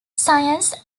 science